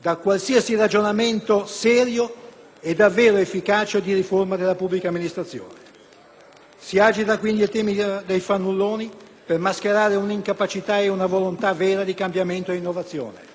per qualsiasi ragionamento serio e davvero efficace di riforma della pubblica amministrazione. Si agita quindi il tema dei fannulloni per mascherare un'incapacità ed una non volontà vera di cambiamento ed innovazione.